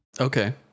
Okay